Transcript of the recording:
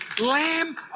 lamb